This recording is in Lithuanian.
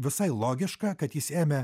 visai logiška kad jis ėmė